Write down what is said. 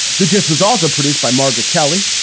the gist was also produced by margaret kelly,